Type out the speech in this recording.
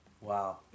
Wow